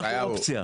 אנחנו אופציה.